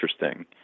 interesting